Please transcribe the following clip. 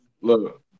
Look